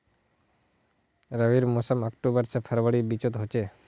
रविर मोसम अक्टूबर से फरवरीर बिचोत होचे